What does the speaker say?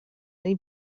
neu